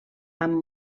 amb